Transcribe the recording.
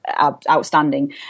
outstanding